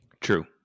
True